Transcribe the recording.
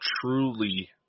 truly